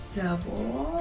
double